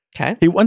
okay